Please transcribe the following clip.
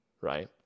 right